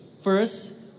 First